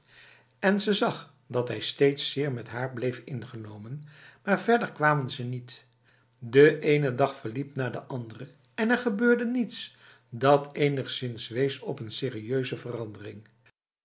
en ze zag dat hij steeds zeer met haar bleef ingenomen maar verder kwamen ze niet de ene dag verliep na de andere en er gebeurde niets dat enigszins wees op een serieuze verandering